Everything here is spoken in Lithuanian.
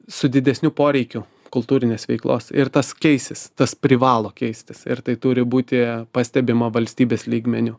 su didesniu poreikiu kultūrinės veiklos ir tas keisis tas privalo keistis ir tai turi būti pastebima valstybės lygmeniu